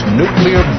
nuclear